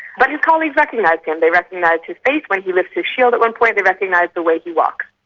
but his colleagues recognised him, they recognised his face when he lifts his shield at one point, they recognise the way he walks.